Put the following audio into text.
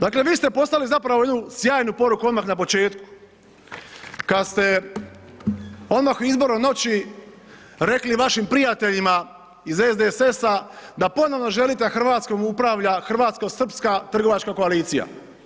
Dakle vi ste poslali zapravo jednu sjajnu poruku odmah na početku kada ste odmah u izbornoj reći rekli vašim prijateljima iz SDSS-a da ponovno želi da Hrvatskom upravlja hrvatsko-srpska trgovačka koalicija.